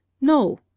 no